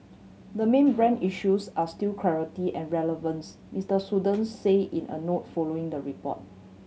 the main brand issues are still clarity and relevance Mister Saunders said in a note following the report